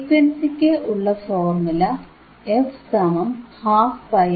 ഫ്രീക്വൻസിക്ക് ഉള്ള formula f12πRC ആണ്